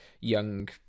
young